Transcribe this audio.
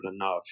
enough